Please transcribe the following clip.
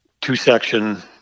two-section